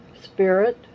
Spirit